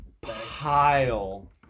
pile